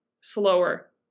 slower